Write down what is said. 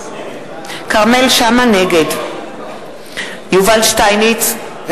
נגד יובל שטייניץ,